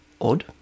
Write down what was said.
odd